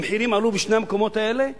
המחירים עלו בשני המקומות האלה ב-12%.